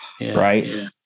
right